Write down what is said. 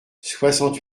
soixante